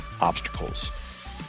obstacles